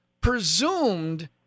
presumed